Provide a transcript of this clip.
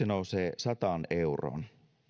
nousee sataan euroon